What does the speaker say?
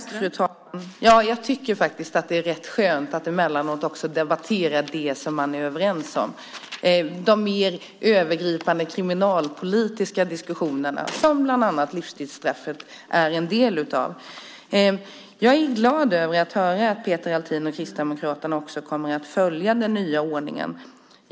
Fru talman! Jag tycker faktiskt att det är rätt skönt att man emellanåt också debatterar det som man är överens om - de mer övergripande kriminalpolitiska frågorna, där livstidsstraffet är en del. Jag är glad över att höra att Peter Althin och Kristdemokraterna också kommer att följa den nya ordningen.